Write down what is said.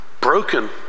broken